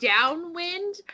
downwind